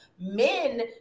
Men